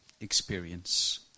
experience